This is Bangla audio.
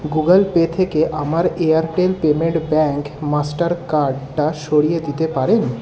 গুগল পে থেকে আমার এয়ারটেল পেমেন্ট ব্যাংক মাস্টার কার্ডটা সরিয়ে দিতে পারেন